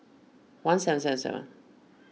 one seven seven seven